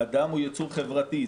האדם הוא יצור חברתי.